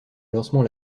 lancement